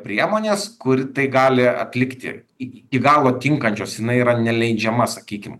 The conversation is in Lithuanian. priemonės kuri tai gali atlikti iki galo tinkančios jinai yra neleidžiama sakykim